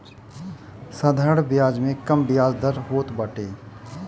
साधारण बियाज में कम बियाज दर होत बाटे